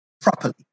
properly